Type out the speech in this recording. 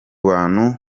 bantu